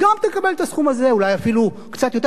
גם תקבל את הסכום הזה ואולי אפילו קצת יותר,